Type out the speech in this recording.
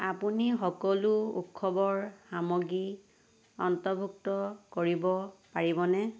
আপুনি সকলো উৎসৱৰ সামগ্ৰী অন্তৰ্ভুক্ত কৰিব পাৰিবনে